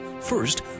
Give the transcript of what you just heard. first